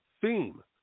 theme